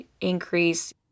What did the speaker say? increase